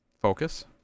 Focus